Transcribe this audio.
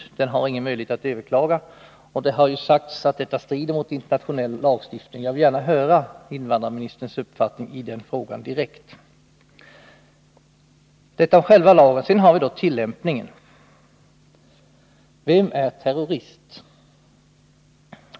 Vederbörande har ingen möjlighet att överklaga. Det har sagts att detta strider mot internationell lagstiftning. Jag vill gärna höra invandrarministerns uppfattning i den frågan direkt. Detta rörde själva lagen; sedan har vi tillämpningen. Vem är terrorist?